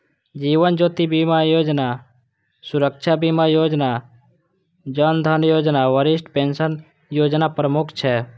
जीवन ज्योति बीमा योजना, सुरक्षा बीमा योजना, जन धन योजना, वरिष्ठ पेंशन योजना प्रमुख छै